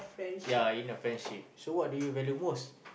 ya in the friendship so what do you value most